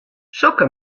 sokke